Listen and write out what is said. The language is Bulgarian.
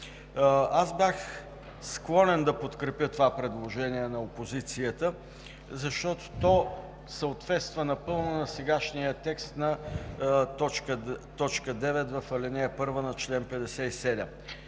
Аз бях склонен да подкрепя това предложение на опозицията, защото то съответства напълно на сегашния текст на т. 9 в ал. 1 на чл. 57.